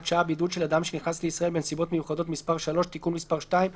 שעה)(בידוד של אדם שנכנס לישראל בנסיבות מיוחדות)(מס' 3)(תיקון מס' 2),